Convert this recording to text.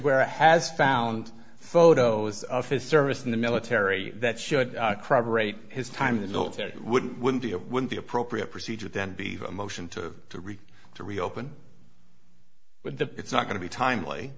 guerra has found photos of his service in the military that should crime rate his time in the military wouldn't wouldn't be a would be appropriate procedure then be a motion to to read to reopen with the it's not going to be timely